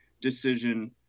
decision